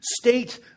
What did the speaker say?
state